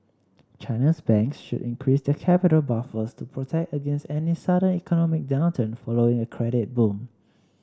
China's banks should increase the capital buffers to protect against any sudden economic downturn following a credit boom